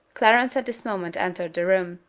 clarence at this moment entered the room,